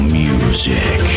music